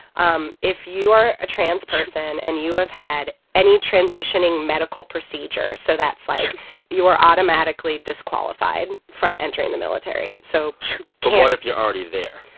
um if you are a trans person and you have had any transitioning medical procedure so that's like you are automatically disqualified from entering the military. so can't. but what if you're already there?